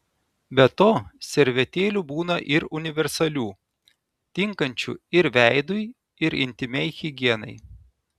be to servetėlių būna ir universalių tinkančių ir veidui ir intymiai higienai